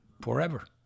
forever